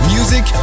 Music